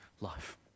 life